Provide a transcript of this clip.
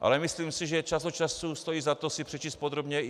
Ale myslím si, že čas od času stojí za to si přečíst podrobně